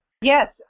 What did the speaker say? Yes